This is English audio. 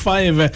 Five